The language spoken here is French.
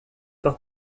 par